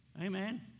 amen